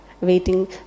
waiting